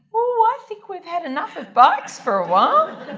oh i think we've had enough of bikes for a while.